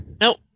Nope